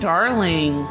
Darling